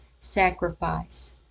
sacrifice